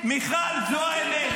--- מיכל, זו האמת.